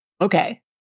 Okay